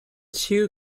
two